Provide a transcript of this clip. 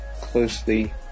closely